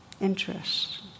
interest